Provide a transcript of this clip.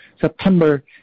September